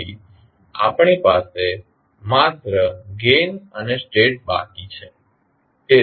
તેથી આપણા પાસે માત્ર ગેઇન અને સ્ટેટ બાકી છે